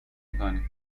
میکنیم